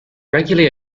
regularly